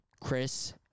Chris